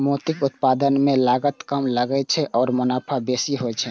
मोतीक उत्पादन मे लागत कम लागै छै आ मुनाफा बेसी होइ छै